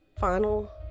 final